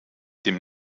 dem